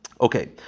Okay